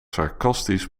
sarcastisch